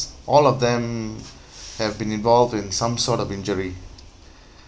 all of them have been involved in some sort of injury